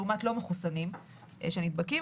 לעומת לא מחוסנים שנדבקים,